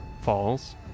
falls